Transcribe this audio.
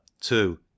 two